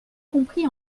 compris